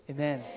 Amen